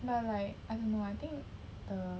but like I don't know I think the